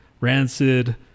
Rancid